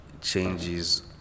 changes